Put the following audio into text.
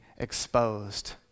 exposed